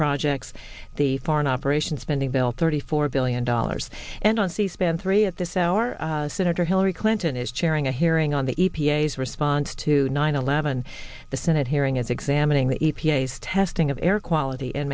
projects the foreign operations spending bill thirty four billion dollars and on c span three at this hour senator hillary clinton is chairing a hearing on the e p a s response to nine eleven the senate hearing is examining the e p a s testing of air quality in